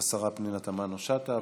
השרה פנינה תמנו שטה.